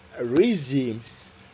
regimes